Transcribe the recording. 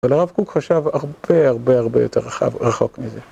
אבל הרב קוק חשב הרבה הרבה הרבה יותר רחוק מזה